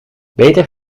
beter